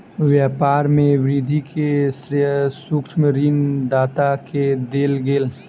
व्यापार में वृद्धि के श्रेय सूक्ष्म ऋण दाता के देल गेल